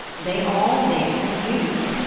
they all named you.